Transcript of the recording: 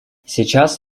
сейчас